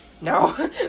No